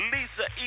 Lisa